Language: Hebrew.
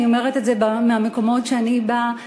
אני אומרת את זה מהמקומות שאני באה מהם,